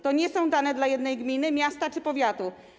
To nie są dane dla jednej gminy, miasta czy powiatu.